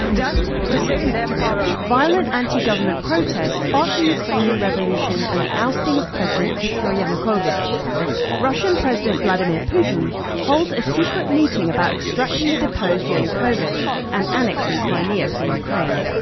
just to saving their power. violent anti-government protests sparked the ukrainian revolution and the ousting of president viktor yanukovych. russian president vladimir putin holds a secret meeting about extracting the deposed yanukovych and annexing crimea from ukraine.